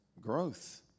growth